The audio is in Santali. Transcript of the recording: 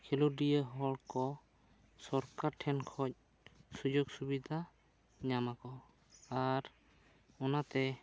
ᱠᱷᱮᱞᱚᱰᱤᱭᱟᱹ ᱦᱚᱲ ᱠᱚ ᱥᱚᱨᱠᱟᱨ ᱴᱷᱮᱱ ᱠᱷᱚᱡ ᱥᱩᱡᱚᱜᱽ ᱥᱩᱵᱷᱤᱫᱟ ᱧᱟᱢ ᱟᱠᱚ ᱟᱨ ᱚᱱᱟᱛᱮ